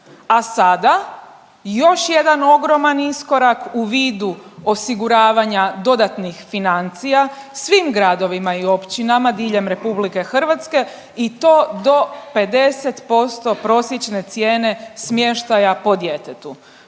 a sada još jedan ogroman iskorak u vidu osiguravanja dodatnih financija svim gradovima i općinama diljem RH i to do 50% prosječne cijene smještaja po djetetu.